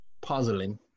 puzzling